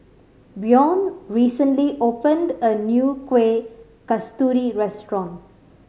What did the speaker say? Bjorn recently opened a new Kueh Kasturi restaurant